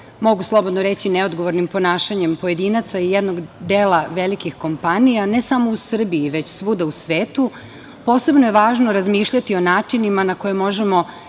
mogu slobodno reći, neodgovornim ponašanjem pojedinaca i jednog dela velikih kompanija, ne samo u Srbiji, već svuda u svetu, posebno je važno razmišljati o načinima na koje možemo